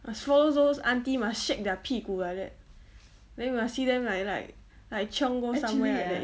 must follow those auntie must shake their 屁股 like that then you will see them like like like chiong go somewhere like that